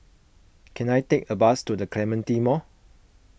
can I take a bus to the Clementi Mall